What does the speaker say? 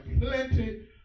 plenty